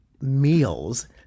meals